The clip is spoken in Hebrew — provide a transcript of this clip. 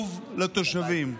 והביוב לתושבים.